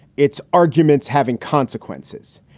it's arguments having consequences.